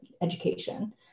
Education